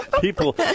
People